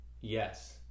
Yes